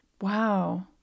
Wow